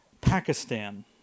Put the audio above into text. pakistan